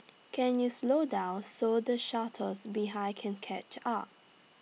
can you slow down so the shuttles behind can catch up